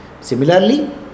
Similarly